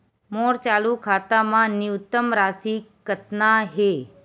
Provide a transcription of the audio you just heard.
मोर चालू खाता मा न्यूनतम राशि कतना हे?